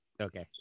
Okay